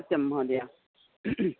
सत्यं महोदय